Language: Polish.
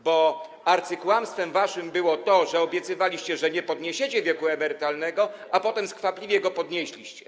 bo arcykłamstwem waszym było to, że obiecywaliście, że nie podniesiecie wieku emerytalnego, a potem skwapliwie go podnieśliście.